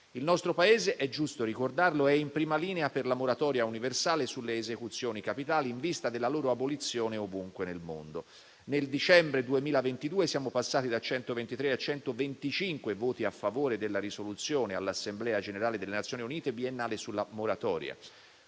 Il nostro Paese - è giusto ricordarlo - è in prima linea per la moratoria universale sulle esecuzioni capitali in vista della loro abolizione ovunque nel mondo. Nel dicembre 2022 siamo passati da 123 a 125 voti a favore della risoluzione all'Assemblea generale delle Nazioni Unite biennale sulla moratoria: